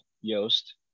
Yost